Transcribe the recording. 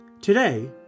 Today